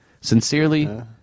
Sincerely